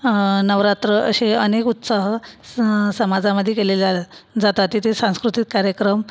नवरात्र असे अनेक उत्साह स समाजामध्ये केले जातात तेथे सांस्कृतिक कार्यक्रम